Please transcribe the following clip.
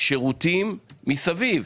שירותים מסביב.